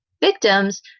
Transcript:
victims